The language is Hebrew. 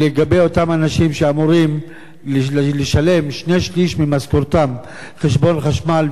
לגבי אותם אנשים שאמורים לשלם שני-שלישים ממשכורתם על חשבון חשמל,